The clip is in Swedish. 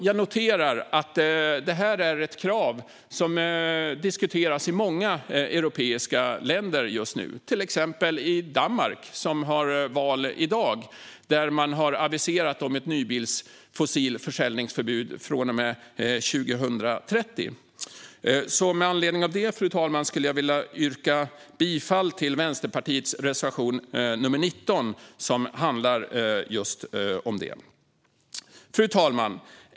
Jag noterar också att det här är ett krav som diskuteras i många europeiska länder just nu, till exempel i Danmark, som har val i dag. Där har man aviserat ett nybilsförsäljningsförbud av fossildrivna bilar från och med 2030. Med anledning av detta, fru talman, yrkar jag bifall till Vänsterpartiets reservation nr 19, som handlar just om det här. Fru talman!